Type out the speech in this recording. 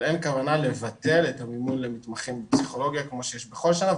אבל אין כוונה לבטל את המימון למתמחים בפסיכולוגיה כמו שיש בכל שנה,